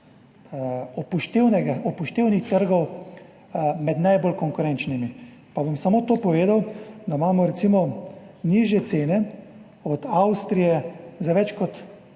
upoštevnih trgov med najbolj konkurenčnimi. Pa bom samo to povedal, da imamo recimo nižje cene od Avstrije za več kot